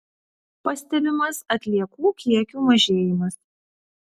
pastebimas atliekų kiekių mažėjimas